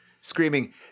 screaming